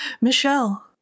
Michelle